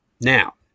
now